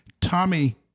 Tommy